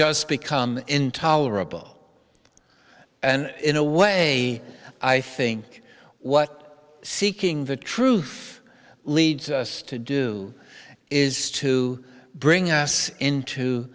does become intolerable and in a way i think what seeking the truth leads us to do is to bring us into